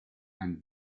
and